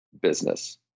business